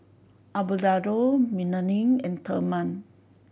Abelardo Melanie and Therman